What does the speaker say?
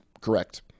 correct